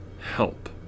help